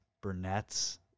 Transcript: Burnett's